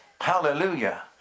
Hallelujah